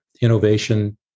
innovation